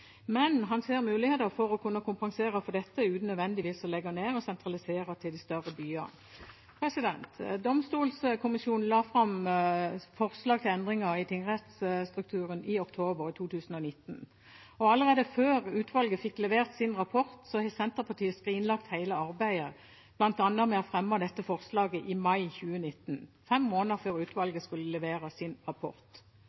men han ser muligheter for å kunne kompensere for dette uten nødvendigvis å legge ned og sentralisere til de større byene. Domstolkommisjonen la fram forslag til endringer i tingrettsstrukturen i oktober 2019. Allerede før utvalget fikk levert sin rapport, har Senterpartiet skrinlagt hele arbeidet, bl.a. ved å fremme dette forslaget i mai 2019, fem måneder før utvalget